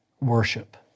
worship